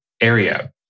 area